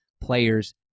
players